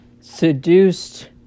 seduced